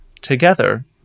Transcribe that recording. together